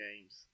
games